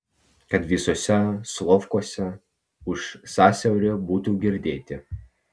kad visuose solovkuose už sąsiaurio būtų girdėti